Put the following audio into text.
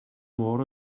môr